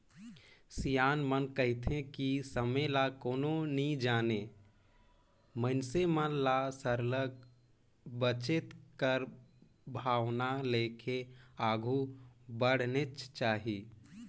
सियान मन कहथें कि समे ल कोनो नी जानें मइनसे मन ल सरलग बचेत कर भावना लेके आघु बढ़नेच चाही